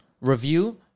review